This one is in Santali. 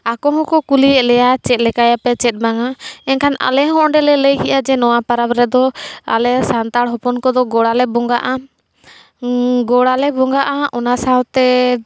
ᱟᱠᱚ ᱦᱚᱸᱠᱚ ᱠᱩᱞᱤᱭᱮᱜ ᱞᱮᱭᱟ ᱪᱮᱫ ᱞᱮᱠᱟᱭᱟᱯᱮ ᱪᱮᱫ ᱵᱟᱝᱟ ᱮᱱᱠᱷᱟᱱ ᱟᱞᱮ ᱦᱚᱸ ᱚᱸᱰᱮ ᱞᱟᱹᱭ ᱠᱮᱜᱼᱟ ᱡᱮ ᱱᱚᱣᱟ ᱯᱟᱨᱟᱵᱽ ᱨᱮᱫᱚ ᱥᱟᱱᱛᱟᱲ ᱦᱚᱯᱚᱱ ᱠᱚᱫᱚ ᱜᱚᱲᱟᱞᱮ ᱵᱚᱸᱜᱟᱜᱼᱟ ᱜᱚᱲᱟᱞᱮ ᱵᱚᱸᱜᱟᱜᱼᱟ ᱚᱱᱟ ᱥᱟᱶᱛᱮ